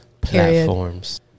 platforms